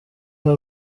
hari